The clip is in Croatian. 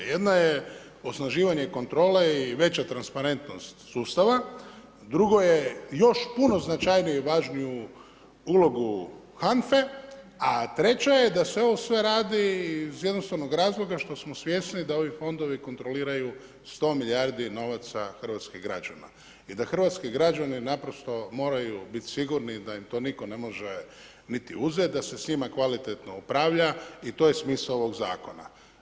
Jedno je osnaživanje kontrole i veća transparentnost sustav, drugo je još puno značajniju i važniju ulogu HANFA-e a treća je da se ovo sve radi iz jednostavnog razloga što smo svjesni da ovi fondovi kontroliraju 100 milijardi novaca hrvatskih građana i da hrvatski građani naprosto moraju biti sigurni da im to nitko ne može niti uzeti, da se s njima kvalitetno upravlja i to je smisao ovoga zakona.